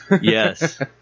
Yes